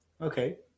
Okay